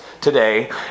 today